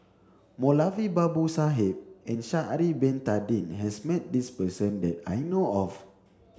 Moulavi Babu Sahib and Sha'ari bin Tadin has met this person that I know of